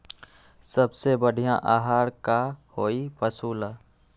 सबसे बढ़िया आहार का होई पशु ला?